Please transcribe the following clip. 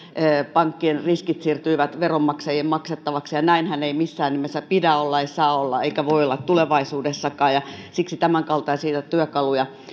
pankkien riskit siirtyivät veronmaksajien maksettaviksi ja näinhän ei missään nimessä pidä olla ei saa olla eikä voi olla tulevaisuudessakaan ja siksi tämänkaltaisia työkaluja